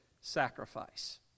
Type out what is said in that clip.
sacrifice